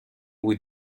with